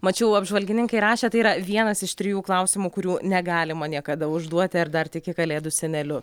mačiau apžvalgininkai rašė tai yra vienas iš trijų klausimų kurių negalima niekada užduoti ar dar tiki kalėdų seneliu